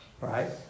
right